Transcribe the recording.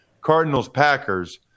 Cardinals-Packers